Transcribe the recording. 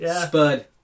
Spud